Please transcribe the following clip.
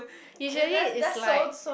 usually is like